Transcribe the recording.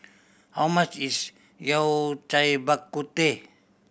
how much is Yao Cai Bak Kut Teh